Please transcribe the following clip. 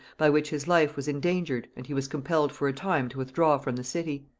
by which his life was endangered, and he was compelled for a time to withdraw from the city.